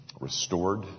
restored